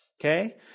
okay